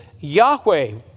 Yahweh